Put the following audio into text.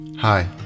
Hi